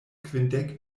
kvindek